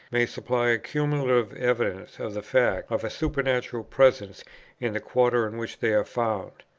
may supply a cumulative evidence of the fact of a supernatural presence in the quarter in which they are found.